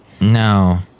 No